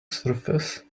surface